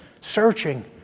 searching